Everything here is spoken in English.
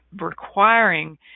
requiring